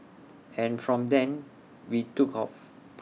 and from then we took off